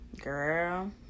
Girl